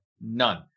None